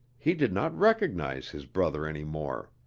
he did not recognize his brother any more.